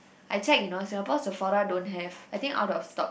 I check you know Singapore Sephora don't have I think out of stock